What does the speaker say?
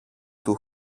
του